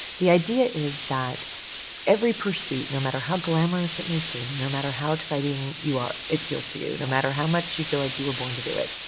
the idea is that every pursuit, no matter how glamorous it may seem, no matter how exciting you are, it feels to you, no matter how much you feel like you were born to do it,